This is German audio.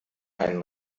einen